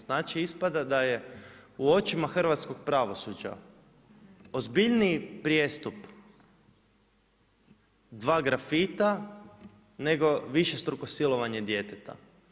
Znači ispada, da je u očima hrvatskog pravosuđa, ozbiljniji prijestup 2 grafita, nego višestruko silovanje djeteta.